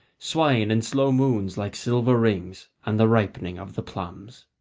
swine, and slow moons like silver rings, and the ripening of the plums.